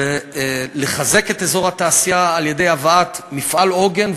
זה לחזק את אזור התעשייה על-ידי הבאת מפעל עוגן,